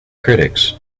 critics